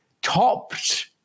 topped